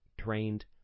trained